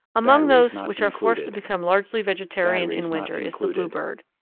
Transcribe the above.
among those which are forced to become largely vegetarian in winter is the bluebird.